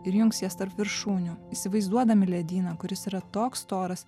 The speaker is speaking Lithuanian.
ir jungs jas tarp viršūnių įsivaizduodami ledyną kuris yra toks storas